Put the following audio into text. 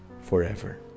forever